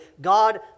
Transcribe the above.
God